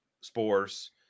spores